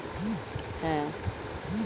নিজের ঋণের পুঁজি শোধ করাকে আমরা ডেট ডায়েট বলি